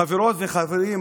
חברות וחברים,